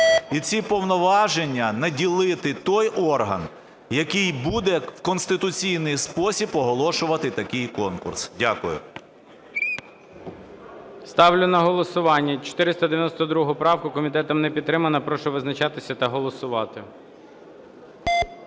і цими повноваженнями наділити той орган, який буде в конституційний спосіб оголошувати такий конкурс. Дякую. ГОЛОВУЮЧИЙ. Ставлю на голосування 492 правку. Комітетом не підтримано. Прошу визначатися та голосувати.